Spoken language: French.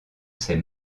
ces